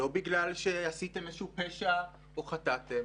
לא בגלל שעשיתם איזה שהוא פשע או חטאתם